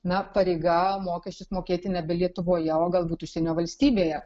na pareiga mokesčius mokėti nebe lietuvoje o galbūt užsienio valstybėje